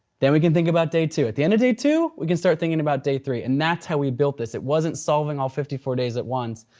then we can think about day two. at the end of day two, we can start thinking about day three. and that's how we built this. it wasn't solving all fifty four days at once,